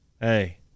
hey